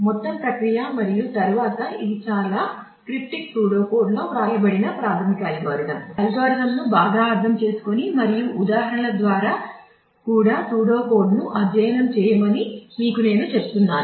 మొత్తం ప్రక్రియ మరియు తరువాత ఇది చాలా క్రిప్టిక్ సూడోకోడ్ను అధ్యయనం చేయమని మీకు నేను చెప్తున్నాను